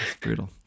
brutal